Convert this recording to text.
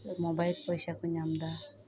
mobile ᱯᱚᱭᱥᱟ ᱠᱚ ᱧᱟᱢ ᱫᱟ